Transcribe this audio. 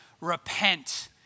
repent